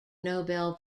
nobel